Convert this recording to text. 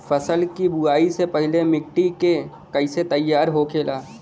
फसल की बुवाई से पहले मिट्टी की कैसे तैयार होखेला?